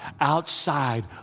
outside